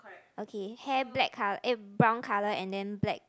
okay hair black col~ eh brown colour and then black